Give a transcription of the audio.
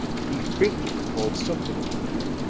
he faintly recalled something of the man,